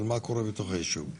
אבל מה קורה בתוך הישוב?